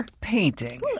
painting